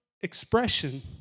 expression